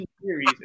Series